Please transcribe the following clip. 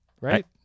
right